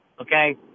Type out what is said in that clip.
Okay